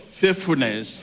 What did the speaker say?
faithfulness